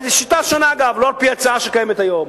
בשיטה שונה, אגב, לא על-פי ההצעה שקיימת היום.